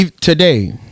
today